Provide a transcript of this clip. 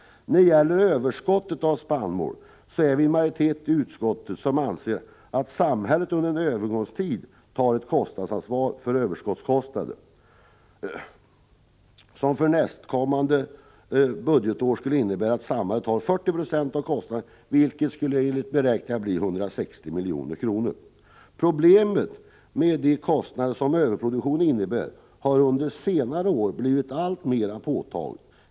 När det gäller överskottet av spannmål är vi en majoritet i utskottet som anser att samhället under en övergångstid skall ta ett kostnadsansvar för överskottskostnader, som för nästkommande budgetår skulle innebära att samhället tar 40 90 av kostnaderna, vilket enligt beräkningar skulle bli 160 milj.kr. Problemet med kostnaderna för överproduktion har under senare år blivit alltmer påtagligt.